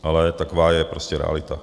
Ale taková je prostě realita.